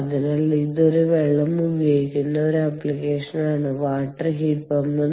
അതിനാൽ ഇത് ഒരു വെള്ളം ഉപയോഗിക്കുന്ന ഒരു ആപ്ലിക്കേഷനാണ് വാട്ടർ ഹീറ്റ് പമ്പും